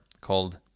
called